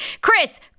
Chris